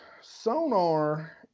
sonar